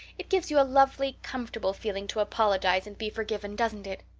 it gives you a lovely, comfortable feeling to apologize and be forgiven, doesn't it?